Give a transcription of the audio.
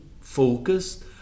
focused